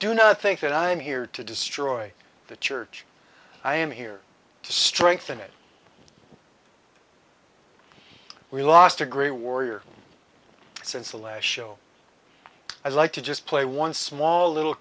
do nothing that i am here to destroy the church i am here to strengthen it we lost a great warrior since the last show i'd like to just play one small little